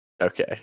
Okay